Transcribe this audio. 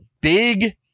big